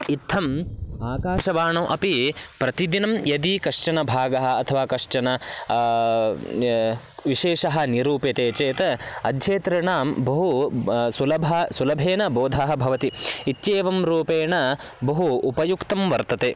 इत्थम् आकाशवाणौ अपि प्रतिदिनं यदि कश्चन भागः अथवा कश्चन विशेषः निरूप्यते चेत् अध्येतॄणां बहु सुलभं सुलभेन बोधः भवति इत्येवं रूपेण बहु उपयुक्तं वर्तते